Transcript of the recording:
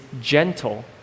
gentle